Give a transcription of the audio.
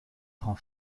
prend